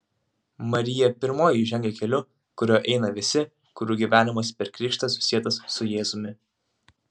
marija pirmoji žengia keliu kuriuo eina visi kurių gyvenimas per krikštą susietas su jėzumi